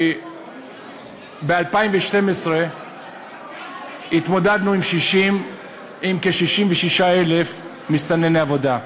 ב-2012 התמודדנו עם כ-66,000 מסתנני עבודה.